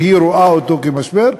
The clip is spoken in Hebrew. שהיא רואה אותו כמשבר,